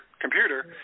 computer